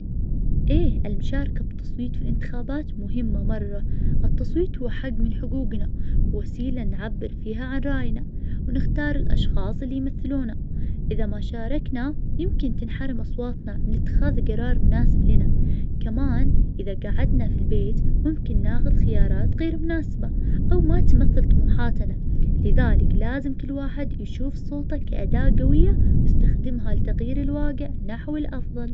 إيه المشاركة في التصويت في الانتخابات مهمة مرة, التصويت هو حق من حقوقنا, ووسيلة نعبر فيها عن راينا, ونختار الأشخاص اللي يمثلونا, إذا ما شاركنا يمكن تنحرم أصواتنا من اتخاذ جرار مناسب لنا, كمان إذا جعدنا في البيت ممكن ناخد خيارات غير مناسبة, أو ما تمثل طموحاتنا, لذلك لازم كل واحد يشوف صوته كأداة جوية, يستخدمها لتغيير الواجع نحو الأفضل.